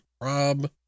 Rob